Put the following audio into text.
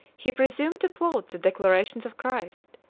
he presumed to quote the declaration of christ,